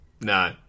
No